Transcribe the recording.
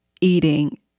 Eating